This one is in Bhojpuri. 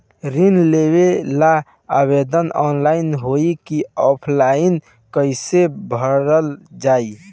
ऋण लेवेला आवेदन ऑनलाइन होई की ऑफलाइन कइसे भरल जाई?